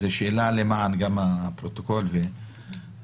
זאת שאלה גם למען הפרוטוקול והוועדה.